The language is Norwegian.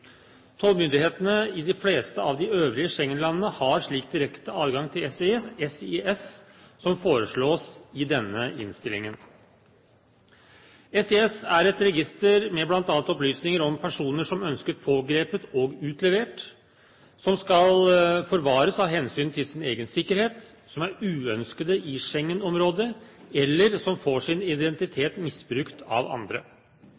Tollmyndighetene i de fleste av de øvrige Schengen-landene har slik direkte adgang til SIS som foreslås i denne innstillingen. SIS er et register med bl.a. opplysninger om personer som ønskes pågrepet og utlevert, som skal forvares av hensyn til sin egen sikkerhet, som er uønskede i Schengen-området, eller som får sin identitet misbrukt av andre.